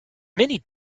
many